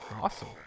Awesome